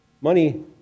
money